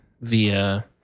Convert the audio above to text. via